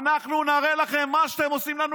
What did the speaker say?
אנחנו נראה לכם; מה שאתם עושים לנו,